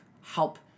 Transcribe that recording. help